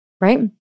right